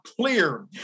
clear